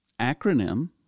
acronym